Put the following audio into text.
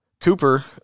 Cooper